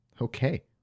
Okay